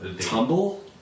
Tumble